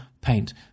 paint